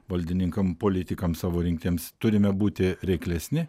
valdininkam politikam savo rinkėjams turime būti reiklesni